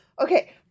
Okay